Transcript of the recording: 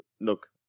Look